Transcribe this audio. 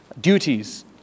duties